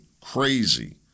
crazy